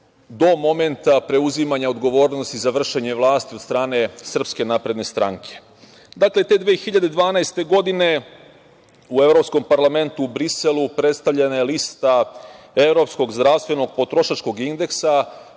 do momenta preuzimanja odgovornosti za vršenje vlasti od strane SNS.Dakle, te 2012. godine u Evropskom parlamentu u Briselu predstavljena je lista evropskog zdravstvenog potrošačkog indeksa